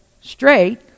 straight